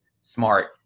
smart